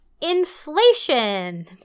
inflation